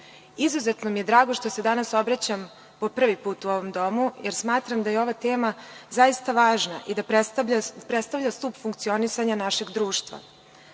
izuzetno mi je drago što se danas obraćam, po prvi put, u ovom Domu, jer smatram da je ova tema zaista važna i da predstavlja stub funkcionisanja našeg društva.U